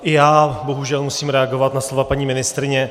I já bohužel musím reagovat na slova paní ministryně.